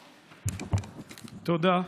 תודה.